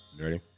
Ready